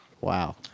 Wow